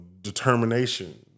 determination